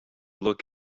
look